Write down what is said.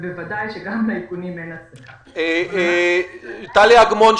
ובוודאי שגם לאיכונים אין --- טליה אגמון,